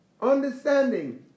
understanding